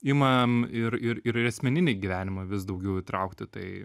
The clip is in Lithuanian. imam ir ir ir į asmeninį gyvenimą vis daugiau įtraukti tai